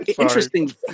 interesting